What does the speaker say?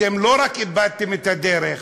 אתם לא רק איבדתם את הדרך,